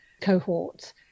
cohort